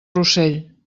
rossell